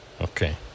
Okay